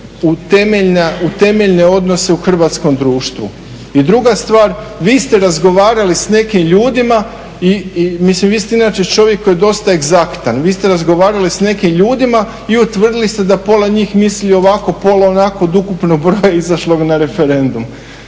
u temeljne odnose u hrvatskom društvu? I druga stvar, vi ste razgovarali s nekim ljudima, mislim vi ste inače čovjek koji je dosta egzaktan, vi ste razgovarali s nekim ljudima i utvrdili ste da pola njih misli ovako, pola onako od ukupnog broja izašlog na referendum.